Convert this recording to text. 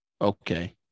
okay